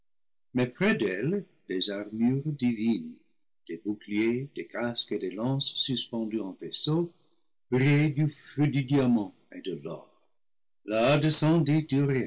mais près d'elle des armures divines des boucliers des casques et des lances suspendues en faisceaux brillaient du feu du diamant et de l'or là